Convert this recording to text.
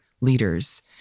leaders